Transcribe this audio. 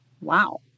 Wow